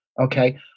okay